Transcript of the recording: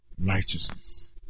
Righteousness